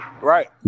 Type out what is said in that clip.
Right